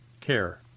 care